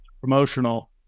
promotional